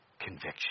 conviction